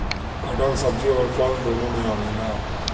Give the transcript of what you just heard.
कटहल सब्जी अउरी फल दूनो में आवेला